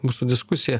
mūsų diskusiją